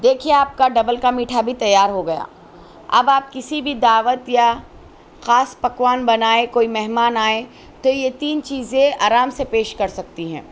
دیکھیے آپ کا ڈبل کا میٹھا بھی تیار ہوگیا اب آپ کسی بھی دعوت یا خاص پکوان بنائے کوئی مہمان آئے تو یہ تین چیزیں آرام سے پیش کر سکتی ہیں